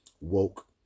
woke